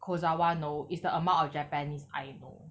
kozawa know is the amount of japanese I know